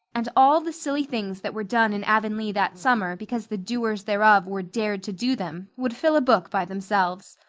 and all the silly things that were done in avonlea that summer because the doers thereof were dared to do them would fill a book by themselves.